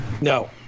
No